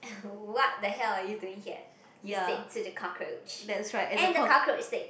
what the hell are you doing here you said to the cockroach and the cockroach it said